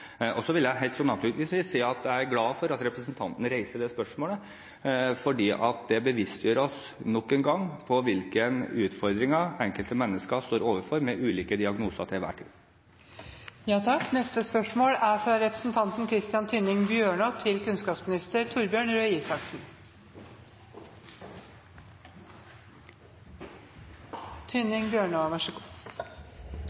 vil helt avslutningsvis si at jeg er glad for at representanten reiser dette spørsmålet, for det bevisstgjør oss nok en gang på hvilke utfordringer enkelte mennesker står overfor med ulike diagnoser til enhver tid.